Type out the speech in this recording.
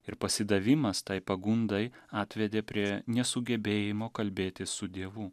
ir pasidavimas tai pagundai atvedė prie nesugebėjimo kalbėtis su dievu